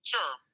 Sure